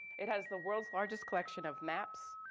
it has the world's largest collection of maps,